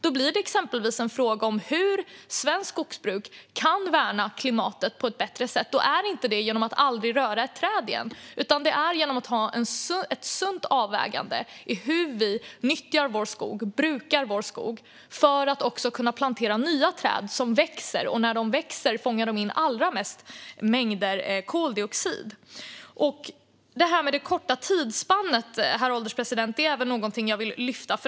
Då blir det exempelvis en fråga om hur svenskt skogsbruk kan värna klimatet på ett bättre sätt, och det är inte genom att aldrig mer röra ett träd. Det är genom att göra ett sunt avvägande i hur vi nyttjar och brukar vår skog för att kunna plantera nya träd som växer. Det är när träden växer som de fångar in allra mest koldioxid. Det korta tidsspannet, herr ålderspresident, är något jag vill lyfta.